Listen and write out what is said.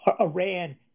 Iran